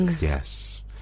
Yes